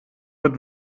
mit